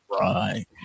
Right